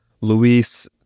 Luis